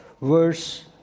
verse